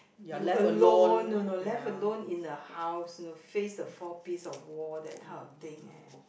you alone you know left alone in the house you know face the four piece of wall that type of thing eh